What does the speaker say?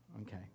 okay